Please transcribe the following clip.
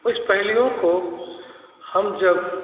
उस पहलुओं को हम जब